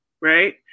right